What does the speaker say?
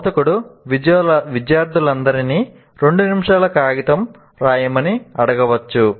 బోధకుడు విద్యార్థులందరినీ 2 నిమిషాలు కాగితం రాయమని అడగవచ్చు